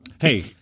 Hey